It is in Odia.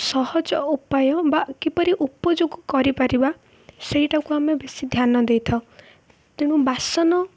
ସହଜ ଉପାୟ ବା କିପରି ଉପଯୋଗ କରିପାରିବା ସେଇଟାକୁ ଆମେ ବେଶୀ ଧ୍ୟାନ ଦେଇଥାଉ ତେଣୁ ବାସନ